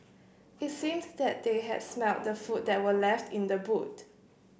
it seemed that they had smelt the food that were left in the boot